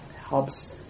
helps